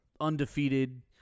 undefeated